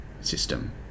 system